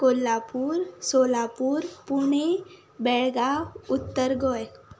कोल्हापूर सोलापूर पुणे बेळगांव उत्तर गोंय